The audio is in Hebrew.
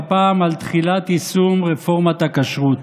והפעם על תחילת יישום רפורמת הכשרות.